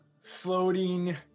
floating